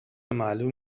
معلوم